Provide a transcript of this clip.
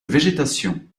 végétation